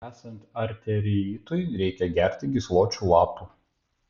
esant arteriitui reikia gerti gysločių lapų